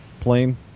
plane